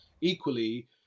Equally